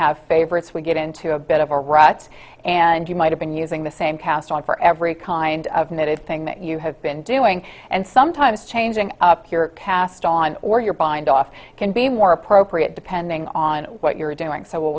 have favorites we get into a bit of a rut and you might have been using the same cast on for every kind of knitted thing that you have been doing and sometimes changing up your cast on or your bindoff can be more appropriate depending on what you're doing so we'll